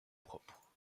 propre